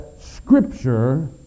Scripture